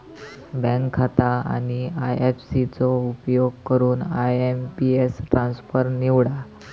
bank खाता आणि IFC चो उपयोग करून आय.एम.पी.एस ट्रान्सफर निवडा